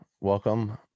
Welcome